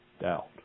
doubt